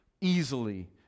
easily